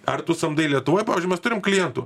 ar tu samdai lietuvoj pavyzdžiui mes turim klientų